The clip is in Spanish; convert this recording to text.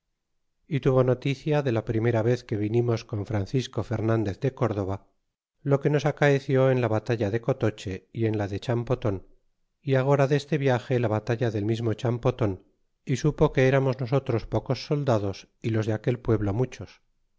y tuvo noticia de la primera vez que venimos con francisco hernandez de córdoba lo que nos acaeció en la batalla de cotoche y en la de champoton y agora deste vlage la batalla del mismo champoton y sumo que eramos nosotros pocos soldados y los de aquel pueblo muchos